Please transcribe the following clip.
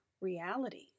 reality